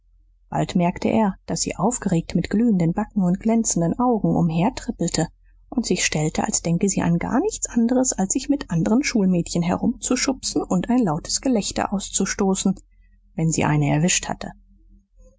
bald merkte er daß sie aufgeregt mit glühenden backen und glänzenden augen umhertrippelte und sich stellte als denke sie an gar nicht anderes als sich mit anderen schulmädchen herumzuschubsen und ein lautes gelächter auszustoßen wenn sie eine erwischt hatte